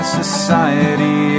society